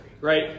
right